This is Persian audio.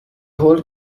هول